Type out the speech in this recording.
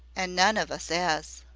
an' none of us as.